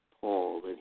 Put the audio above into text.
Paul